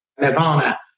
nirvana